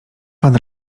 pan